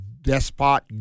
despot